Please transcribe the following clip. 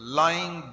lying